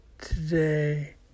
today